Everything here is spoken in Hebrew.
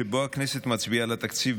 שבו הכנסת מצביעה על התקציב,